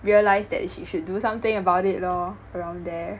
realize that she should do something about it lor around there